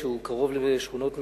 שהוא קרוב לשכונות מגורים.